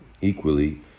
equally